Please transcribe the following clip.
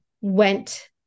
went